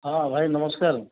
ହଁ ଭାଇ ନମସ୍କାର